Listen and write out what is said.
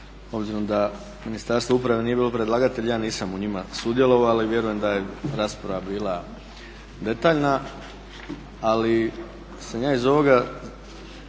obzirom da Ministarstvo uprave nije bilo predlagatelj ja nisam u njima sudjelovao ali vjerujem da je rasprava bila detaljna, ali sam ja iz ovoga